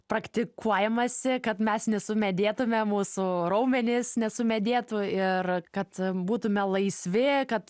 praktikuojamasi kad mes nesumedėtume mūsų raumenys nesumedėtų ir kad būtume laisvi kad